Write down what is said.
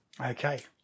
Okay